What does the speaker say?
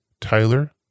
Tyler